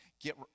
Get